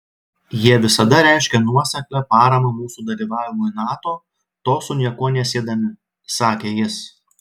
jie visada reiškė nuoseklią paramą mūsų dalyvavimui nato to su nieko nesiedami sakė jis